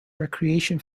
recreation